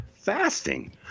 fasting